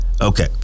Okay